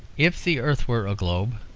if the earth were a globe,